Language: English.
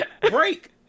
break